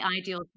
ideal